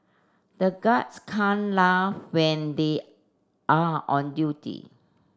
the guards can't laugh when they are on duty